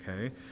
Okay